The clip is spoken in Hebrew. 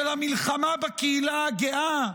של המלחמה בקהילה הגאה?